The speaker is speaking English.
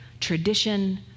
tradition